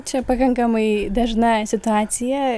čia pakankamai dažna situacija